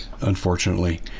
Unfortunately